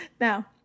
Now